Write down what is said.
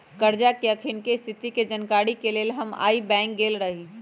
करजा के अखनीके स्थिति के जानकारी के लेल हम आइ बैंक गेल रहि